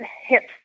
hips